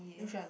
which one